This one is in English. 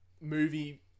movie